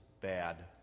bad